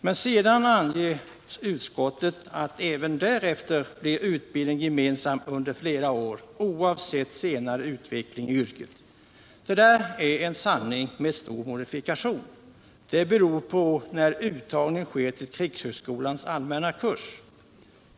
Men sedan anger utskottet att även därefter blir utbildningen gemensam under flera år oavsett senare utveckling i yrket. Det är en sanning med stor modifikation. Det beror på när uttagningen sker till krigshögskolans allmänna kurs.